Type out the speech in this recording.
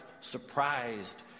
surprised